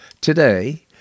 today